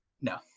No